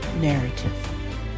narrative